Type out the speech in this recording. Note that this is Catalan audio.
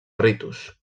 ritus